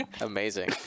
amazing